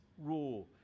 rule